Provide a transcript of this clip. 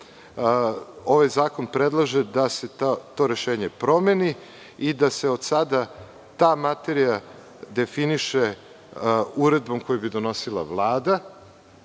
Ovaj zakon predlaže da se to rešenje promeni i da se od sada ta materija definiše uredbom koju bi donosila Vlada,